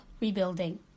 rebuilding